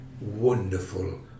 wonderful